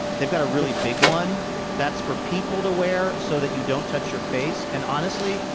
they've got a really big one that's for people to wear so that you don't touch your face. and honestly,